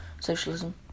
socialism